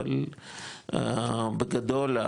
אבל בגדול,